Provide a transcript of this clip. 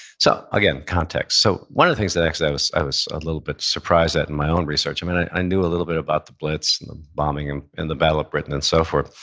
so again, context. so one of the things that like i was i was a little bit surprised at in my own research, and i knew a little bit about the blitz and the bombing and and the battle of britain and so forth,